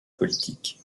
politique